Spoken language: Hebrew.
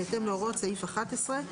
בהתאם להוראות סעיף 11,